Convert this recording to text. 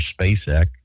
SpaceX